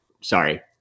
sorry